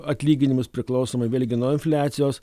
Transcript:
atlyginimus priklausomai vėlgi nuo infliacijos